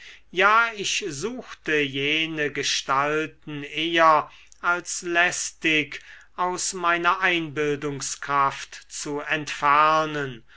ja ich suchte jene gestalten eher als lästig aus meiner einbildungskraft zu entfernen